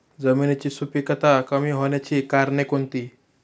जमिनीची सुपिकता कमी होण्याची कारणे कोणती?